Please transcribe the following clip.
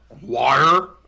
Water